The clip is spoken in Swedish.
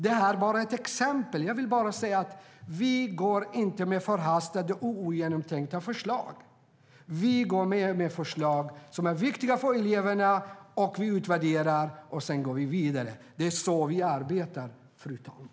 Det är bara ett exempel. Vi går inte fram med förhastade och ogenomtänkta förslag. Vi går fram med förslag som är viktiga för eleverna, vi utvärderar och sedan går vi vidare. Det är så vi arbetar, fru talman.